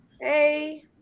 hey